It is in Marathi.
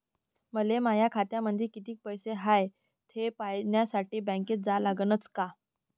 मले माया खात्यामंदी कितीक पैसा हाय थे पायन्यासाठी बँकेत जा लागनच का?